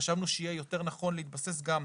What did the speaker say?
חשבנו שיהיה יותר נכון להתבסס גם,